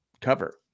cover